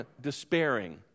despairing